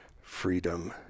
freedom